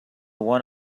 one